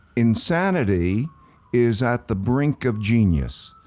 insanity is at the brink of genius.